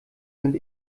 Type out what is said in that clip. sind